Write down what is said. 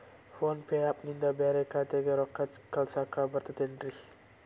Phone pay app ನಿಂದ ಬ್ಯಾರೆ ಖಾತೆಕ್ ರೊಕ್ಕಾ ಕಳಸಾಕ್ ಬರತೈತೇನ್ರೇ?